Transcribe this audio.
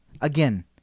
Again